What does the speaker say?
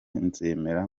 nzemera